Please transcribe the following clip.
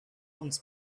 uns